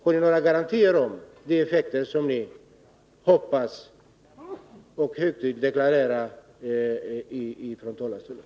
Har ni några garantier när det gäller de effekter ni hoppas på och högtidligt deklarerar från talarstolen?